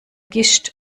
gischt